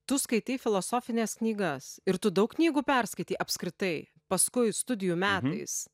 tu skaitei filosofines knygas ir tu daug knygų perskaitei apskritai paskui studijų metais